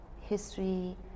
history